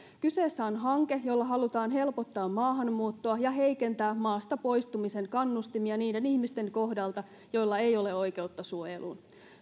kyseessä on hanke jolla halutaan helpottaa maahanmuuttoa ja heikentää maasta poistumisen kannustimia niiden ihmisten kohdalta joilla ei ole oikeutta suojeluun